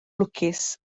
lwcus